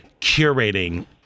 curating